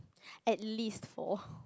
at least four